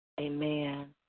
Amen